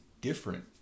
Different